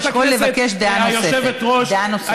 אתה יכול לבקש דעה נוספת.